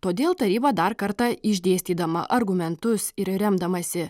todėl taryba dar kartą išdėstydama argumentus ir remdamasi